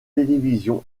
télévision